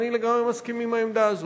ואני לגמרי מסכים לעמדה הזאת.